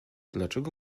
dlaczego